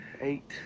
eight